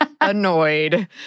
annoyed